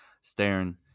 staring